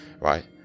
right